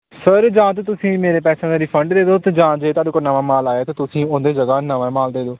sir ਜਾਂ ਤਾਂ ਤੁਸੀਂ ਮੇਰੇ ਪੈਸਿਆਂ ਦਾ ਰਿਫੰਡ ਦੇ ਦਿਓ ਅਤੇ ਜਾਂ ਜੇ ਤੁਹਾਡੇ ਕੋਲ ਨਵਾਂ ਮਾਲ ਆਇਆ ਤਾਂ ਤੁਸੀਂ ਉਹਦੀ ਜਗ੍ਹਾ ਨਵਾਂ ਮਾਲ ਦੇ ਦਿਓ